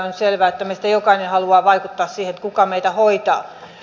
on selvää että meistä jokainen haluaa vaikuttaa siihen kuka meitä hoitaa